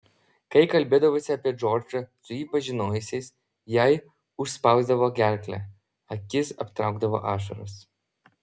kai kalbėdavosi apie džordžą su jį pažinojusiais jai užspausdavo gerklę akis aptraukdavo ašaros